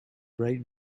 bright